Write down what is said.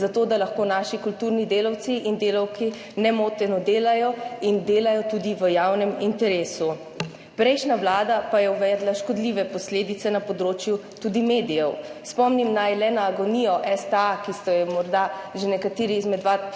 za to, da lahko naši kulturni delavci in delavke nemoteno delajo in delajo tudi v javnem interesu. Prejšnja vlada je uvedla škodljive posledice tudi na področju medijev. Spomnim naj le na agonijo STA, ki ste jo morda že nekateri izmed vas